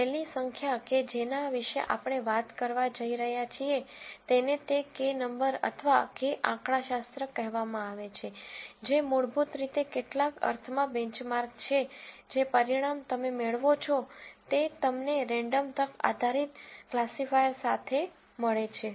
છેલ્લી સંખ્યા કે જેના વિશે આપણે વાત કરવા જઈ રહ્યા છીએ તે તેને Κ નંબર અથવા Κ આંકડાશાસ્ત્ર કહેવામાં આવે છે જે મૂળભૂત રીતે કેટલાક અર્થમાં બેંચમાર્ક છે જે પરિણામ તમે મેળવો છો તે તમને રેન્ડમ તક આધારિત ક્લાસિફાયર સાથે મળે છે